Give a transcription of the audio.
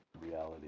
reality